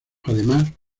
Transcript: además